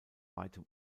weitem